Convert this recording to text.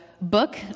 book